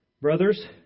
brothers